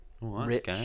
rich